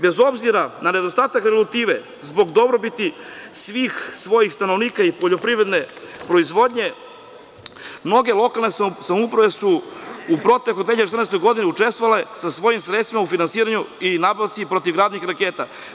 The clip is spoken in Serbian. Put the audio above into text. Bez obzira na nedostatak regulative, zbog dobrobiti svih svojih stanovnika i poljoprivredne proizvodnje, mnoge lokalne samouprave su u proteklom 2014. godini učestvovale sa svojim sredstvima u finansiranju i nabavci protivgradnih raketa.